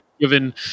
given